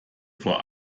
vor